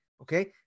Okay